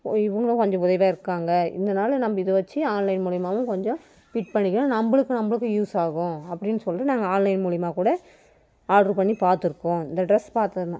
இவங்களும் கொஞ்சம் உதவியாயிருக்காங்க இதனால் நம்ம இதை வெச்சு ஆன்லைன் மூலிமாவும் கொஞ்சம் ஃபிட் பண்ணிக்கலாம் நம்மளுக்கும் நம்மளுக்கும் யூஸ் ஆகும் அப்படின்னு சொல்லிட்டு நாங்கள் ஆன்லைன் மூலிமாக்கூட ஆர்ட்ரு பண்ணி பார்த்துருக்கோம் இந்த ட்ரெஸ் பார்த்தன்னா